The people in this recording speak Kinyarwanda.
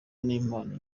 n’impano